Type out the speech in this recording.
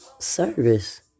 Service